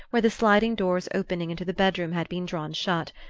where the sliding doors opening into the bedroom had been drawn shut,